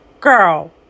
girl